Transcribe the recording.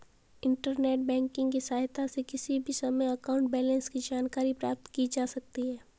internet banking की सहायता से किसी भी समय अकाउंट बैलेंस की जानकारी प्राप्त की जा सकती है